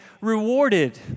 rewarded